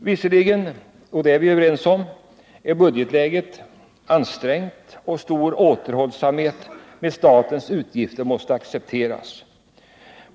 Visserligen, och det är vi överens om, är budgetläget ansträngt, varför stor återhållsamhet med statens utgifter måste accepteras.